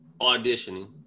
auditioning